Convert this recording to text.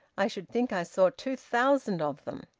i should think i saw two thousand of them.